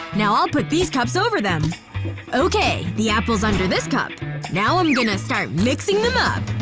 now i'll put these cups over them okay, the apple's under this cup now i'm going to start mixing them up